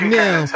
now